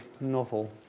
novel